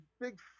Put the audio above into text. big